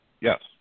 Yes